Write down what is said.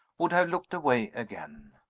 would have looked away again.